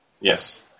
Yes